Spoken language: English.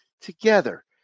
together